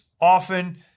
often